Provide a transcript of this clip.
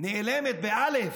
היא נאלמת, באל"ף,